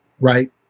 right